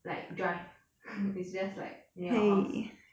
like drive it's just like near the house